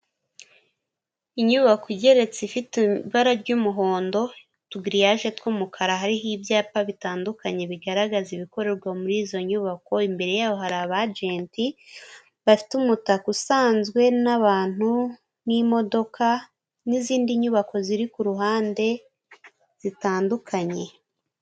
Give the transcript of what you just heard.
Inyubako igeretse ifite ibara ry'umuhondo utugiriyaje tw'umukara hariho ibyapa bitandukanye bigaragaza ibikorerwa muri izo nyubako ,imbere yaho hari abagenti bafite umutaka usanzwe n'abantu n'imodoka n'izindi nyubako ziri ku ruhande zitandukanye.